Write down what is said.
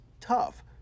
tough